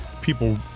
people